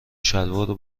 شلوارو